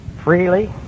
Freely